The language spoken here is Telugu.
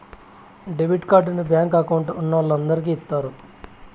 డెబిట్ కార్డుని బ్యాంకు అకౌంట్ ఉన్నోలందరికి ఇత్తారు